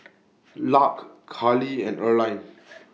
Lark Carlie and Erline